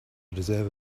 deserve